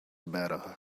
better